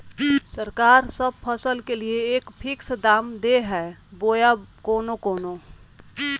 सरकार सब फसल के लिए एक फिक्स दाम दे है बोया कोनो कोनो?